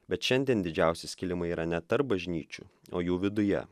bet šiandien didžiausi skilimai yra ne tarp bažnyčių o jų viduje